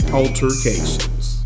altercations